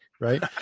Right